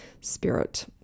spirit